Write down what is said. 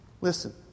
Listen